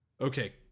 Okay